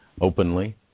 openly